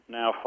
now